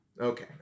Okay